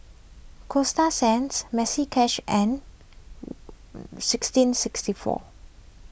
Coasta Sands Maxi Cash and sixteen sixty four